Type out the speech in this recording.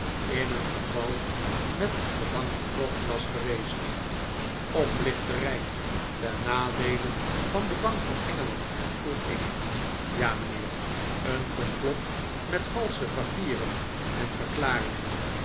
in een geval met de bank betrokken was geweest oplichterij ten nadeele van de bank van engeland vroeg ik ja mijnheer een complot met valsche papieren en verklaringen